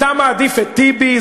אתה מעדיף את טיבי,